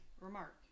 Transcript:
remark